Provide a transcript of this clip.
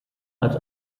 als